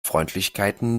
freundlichkeiten